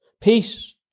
peace